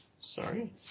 Sorry